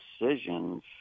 decisions